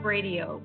Radio